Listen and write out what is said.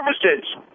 services